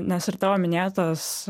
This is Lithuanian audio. nes ir tavo minėtas